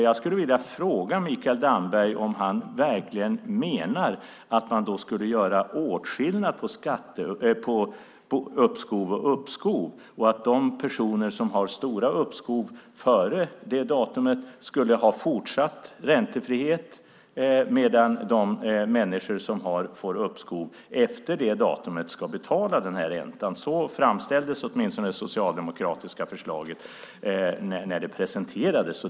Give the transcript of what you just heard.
Jag skulle vilja fråga Mikael Damberg om han verkligen menar att man då skulle göra åtskillnad på uppskov och uppskov, att de personer som fått stora uppskov före det datumet skulle ha fortsatt räntefrihet medan de människor som fått uppskov efter det datumet ska betala räntan. Så framställdes åtminstone det socialdemokratiska förslaget när det presenterades.